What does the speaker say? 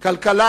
הכלכלה